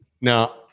now